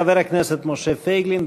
חבר הכנסת משה פייגלין,